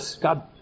God